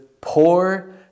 poor